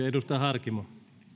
edustaja harkimo